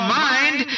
mind